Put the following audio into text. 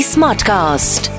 Smartcast